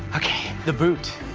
okay. the boot.